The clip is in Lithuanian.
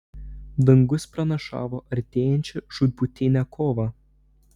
dangus pranašavo artėjančią žūtbūtinę kovą